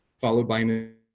followed by an ah